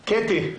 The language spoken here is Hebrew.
קטי.